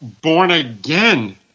born-again